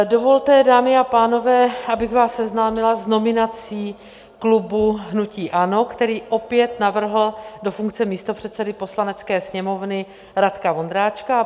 Dovolte, dámy a pánové, abych vás seznámila s nominací klubu hnutí ANO, který opět navrhl do funkce místopředsedy Poslanecké sněmovny Radka Vondráčka.